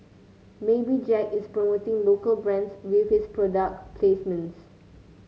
maybe Jack is promoting local brands with his product placements